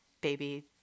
baby